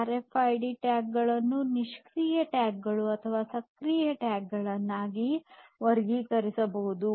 R F I D ಟ್ಯಾಗ್ಗಳನ್ನು ನಿಷ್ಕ್ರಿಯ ಟ್ಯಾಗ್ಗಳು ಅಥವಾ ಸಕ್ರಿಯ ಟ್ಯಾಗ್ಗಳಾಗಿ ವರ್ಗೀಕರಿಸಬಹುದು